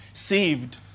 saved